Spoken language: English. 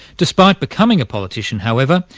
despite becoming a politician, however,